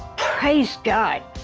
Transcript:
praise god,